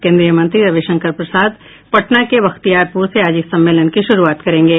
केंद्रीय मंत्री रविशंकर प्रसाद पटना के बख्तियारपुर से आज इस सम्मेलन की शुरूआत करेंगे